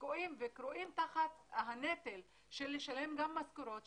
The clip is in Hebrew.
תקועים וכורעים תחת הנטל של לשלם משכורות,